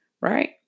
right